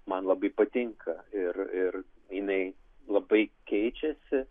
man labai patinka ir ir jinai labai keičiasi